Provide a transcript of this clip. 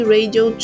Radio